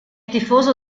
tifoso